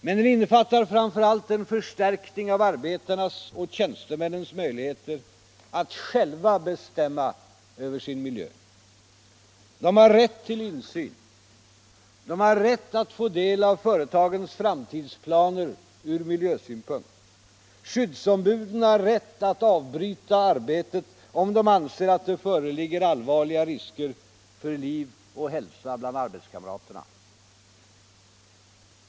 Men den innefattar framför allt en förstärkning av arbetarnas och tjänstemännens möjligheter att själva bestämma över sin miljö. De har rätt till insyn, de har rätt att få del av företagens framtidsplaner ur miljösynpunkt, skyddsombuden har rätt att avbryta arbetet om de anser att det föreligger allvarliga risker för liv och hälsa bland arbetskamraterna.